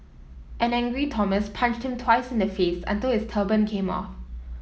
an angry Thomas punched him twice in the face until his turban came off